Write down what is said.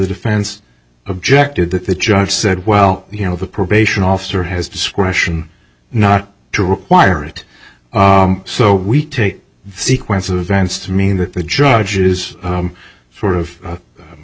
defense objected that the judge said well you know the probation officer has discretion not to require it so we take the sequence of events to mean that the judge is sort of